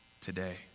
today